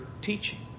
teaching